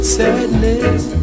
Sadness